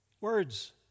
Words